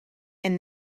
and